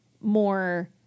more